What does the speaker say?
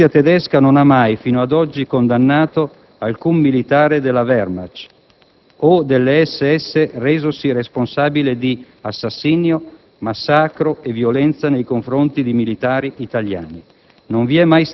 La giustizia tedesca non ha mai, fino ad oggi, condannato alcun militare della Wehrmacht o delle SS resosi responsabile di assassinio, massacro e violenza nei confronti di militari italiani.